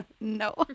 no